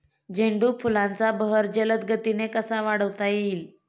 झेंडू फुलांचा बहर जलद गतीने कसा वाढवता येईल?